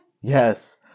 Yes